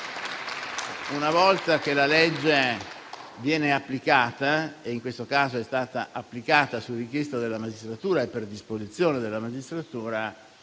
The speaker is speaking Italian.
Una volta che la legge viene applicata - e in questo caso è stata applicata su richiesta e per disposizione della magistratura